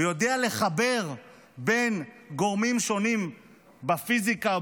ויודע לחבר בין גורמים שונים בפיזיקה או